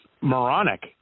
moronic